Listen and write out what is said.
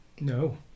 No